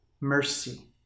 mercy